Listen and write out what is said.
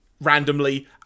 randomly